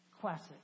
classic